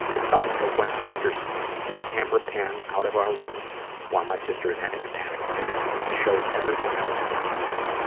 it felt like a wes anderson movie, where the camera pans out of our room while my sister is having a panic attack and shows everyone else in the house,